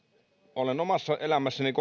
olen omassa elämässäni